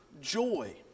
joy